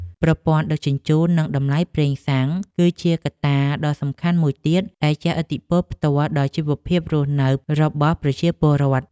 ប្រព័ន្ធដឹកជញ្ជូននិងតម្លៃប្រេងសាំង គឺជាកត្តាដ៏សំខាន់មួយទៀតដែលជះឥទ្ធិពលផ្ទាល់ដល់ជីវភាពរស់នៅរបស់ប្រជាពលរដ្ឋ។